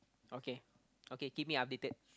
okay okay keep me updated